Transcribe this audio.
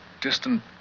distant